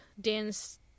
dance